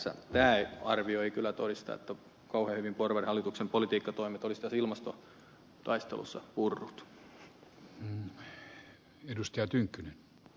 tämä arvio ei kyllä todista että on kauhean hyvin porvarihallituksen politiikka toiminut ja olisi ilmastotaistelussa purrut